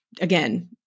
again